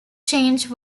change